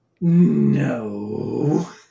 no